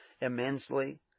immensely